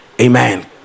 Amen